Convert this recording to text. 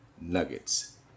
nuggets